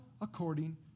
according